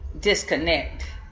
disconnect